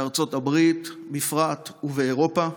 בארצות הברית בפרט ובאירופה,